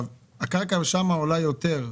עכשיו, הקרקע שם עולה יותר.